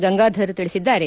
ಗಂಗಾಧರ್ ತಿಳಿಸಿದ್ದಾರೆ